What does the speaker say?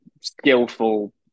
skillful